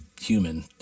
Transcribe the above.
human